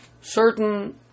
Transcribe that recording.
certain